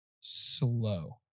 slow